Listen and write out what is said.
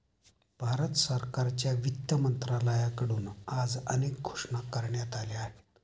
भारत सरकारच्या वित्त मंत्रालयाकडून आज अनेक घोषणा करण्यात आल्या आहेत